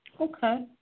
Okay